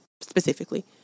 specifically